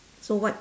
so what